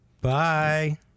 Bye